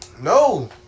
No